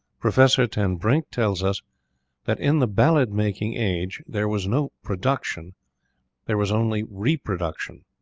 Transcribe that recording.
professor ten brink tells us that in the ballad-making age there was no production there was only reproduction.